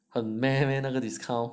很 meh 那个 discount 连上次